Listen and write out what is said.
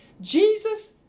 Jesus